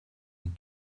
den